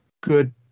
good